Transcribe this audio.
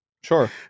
Sure